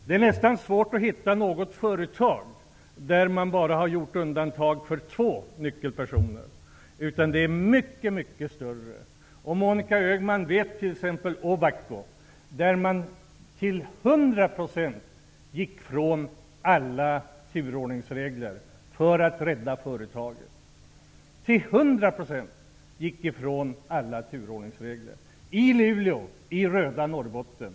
Det är nästan svårt att hitta något företag där man bara har gjort undantag för två nyckelpersoner, utan det gäller många fler. Moncia Öhman känner till Ovako Steel, där man till 100 % frångick alla turordningsregler för att rädda företaget. Det skedde i Luleå i det röda Norrbotten.